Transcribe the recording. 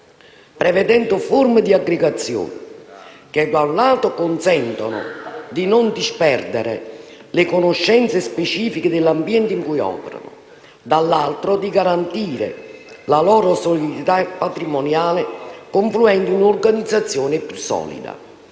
prevedendo forme di aggregazione che consentano, da un lato, di non disperdere le conoscenze specifiche dell'ambiente in cui operano e, dall'altro, di garantire la loro solidità patrimoniale, confluendo in un'organizzazione più solida.